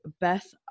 Beth